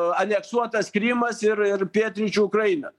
aneksuotas krymas ir ir pietryčių ukraina